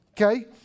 Okay